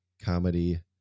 comedy